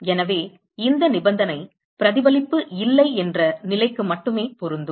எனவே இந்த நிபந்தனை பிரதிபலிப்பு இல்லை என்ற நிலைக்கு மட்டுமே பொருந்தும்